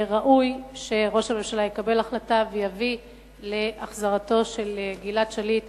ראוי שראש הממשלה יקבל החלטה ויביא להחזרתו של גלעד שליט,